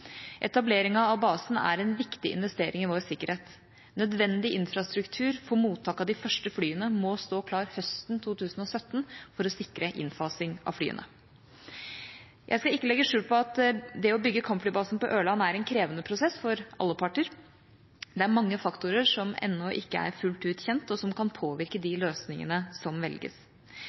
Etableringa av basen er en viktig investering i vår sikkerhet. Nødvendig infrastruktur for mottak av de første flyene må stå klar høsten 2017 for å sikre innfasing av flyene. Jeg skal ikke legge skjul på at det å bygge kampflybasen på Ørland er en krevende prosess for alle parter. Det er mange faktorer som ennå ikke er fullt ut kjent, og som kan påvirke de løsningene som velges.